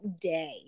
day